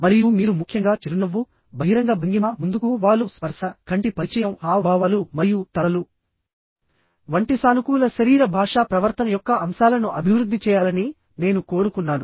మరియు మీరు ముఖ్యంగా చిరునవ్వు బహిరంగ భంగిమ ముందుకు వాలు స్పర్శ కంటి పరిచయంహావభావాలు మరియు తలలు వంటి సానుకూల శరీర భాషా ప్రవర్తన యొక్క అంశాలను అభివృద్ధి చేయాలని నేను కోరుకున్నాను